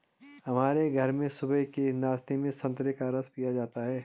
हमारे घर में सुबह के नाश्ते में संतरे का रस पिया जाता है